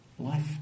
life